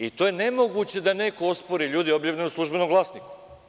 I to je nemoguće da neko ospori, ljudi, objavljeno je u „Službenom glasniku“